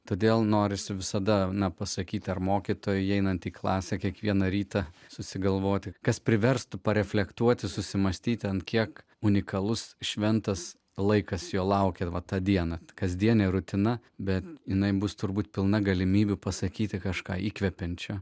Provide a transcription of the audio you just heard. todėl norisi visada pasakyti ar mokytojui įeinant į klasę kiekvieną rytą susigalvoti kas priverstų reflektuoti susimąstyti kiek unikalus šventas laikas jo laukia va tą dieną kasdienė rutina bet jinai bus turbūt pilna galimybių pasakyti kažką įkvepiančio